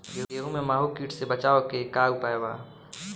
गेहूँ में माहुं किट से बचाव के का उपाय बा?